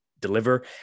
deliver